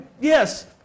Yes